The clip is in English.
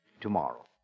tomorrow